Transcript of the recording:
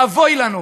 אבוי לנו.